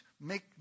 make